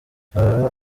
aba